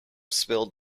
spilled